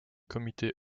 comité